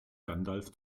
gandalf